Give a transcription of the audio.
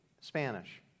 Spanish